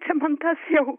čia man tas jau